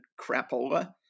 crapola